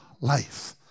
life